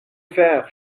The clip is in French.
faire